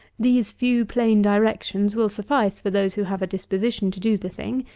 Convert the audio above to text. these few plain directions will suffice for those who have a disposition to do the thing,